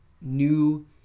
new